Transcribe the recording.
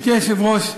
גברתי היושבת-ראש,